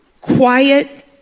quiet